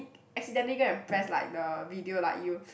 accidentally go and press like the video like you